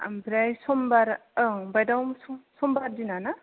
ओमफ्राय समबार औ बायद' समबार दिनाना